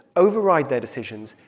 override their decisions,